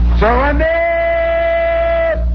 surrender